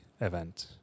event